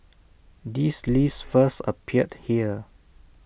this list first appeared here